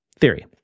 theory